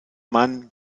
mann